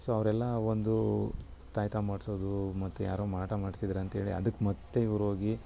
so ಅವರೆಲ್ಲ ಒಂದು ತಾಯತ ಮಾಡಿಸೋದು ಮತ್ತು ಯಾರೋ ಮಾಟ ಮಾಡಿಸಿದ್ದಾರೆ ಅಂಥೇಳಿ ಅದಕ್ಕೆ ಮತ್ತು ಇವ್ರು ಹೋಗಿ